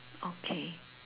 okay